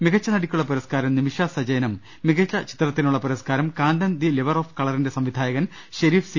മികച്ച നടക്കുള്ള പുര സ്കാരം നിമിഷ സജയനും മികച്ച ചിത്രത്തിനുള്ള പുര സ്കാരം ്കാന്തൻ ദി ലവർ ഓഫ് കളറിന്റെ ്സംവിധായ കൻ ഷെരീഫ് സി